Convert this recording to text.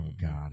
God